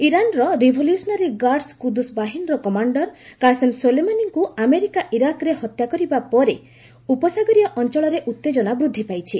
ଇରାନ୍ର revolutionary guards Quds ବାହିନୀର commander Qasem ସୋଲେମାନିଙ୍କୁ ଆମେରିକା ଇରାକ୍ରେ ହତ୍ୟା କରିବା ପରେ ଉପସାଗରୀୟ ଅଞ୍ଚଳରେ ଉତ୍ତେଜନା ବୃଦ୍ଧି ପାଇଛି